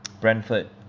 Brentford